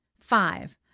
five